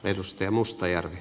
arvoisa puhemies